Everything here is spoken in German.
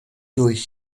durch